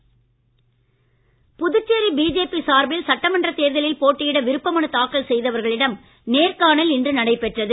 Puducherry BJP Puducherry BJP சார்பில் சட்டமன்ற தேர்தலில் போட்டியிட விருப்ப மனு தாக்கல் செய்தவர்களிடம் நேர்காணல் இன்று நடைபெற்றது